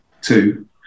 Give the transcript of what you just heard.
two